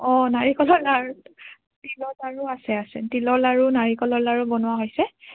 নাৰিকলৰ লাৰু তিলৰ লাৰু আছে আছে তিলৰ লাৰু নাৰিকলৰ লাৰু বনোৱা হৈছে